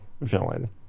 villain